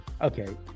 Okay